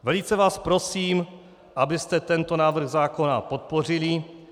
Velice vás prosím, abyste tento návrh zákona podpořili.